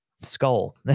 skull